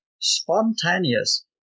spontaneous